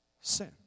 sin